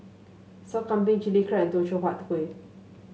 Sop Kambing Chilli Crab Teochew Huat Kueh